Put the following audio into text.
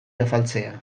afaltzea